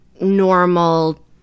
normal